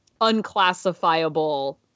unclassifiable